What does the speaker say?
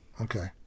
Okay